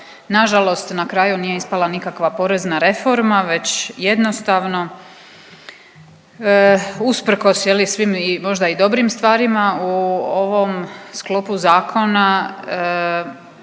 nažalost na kraju nije ispala nikakva porezna reforma već jednostavno usprkos je li svim i možda i dobrim stvarima u ovom sklopu zakona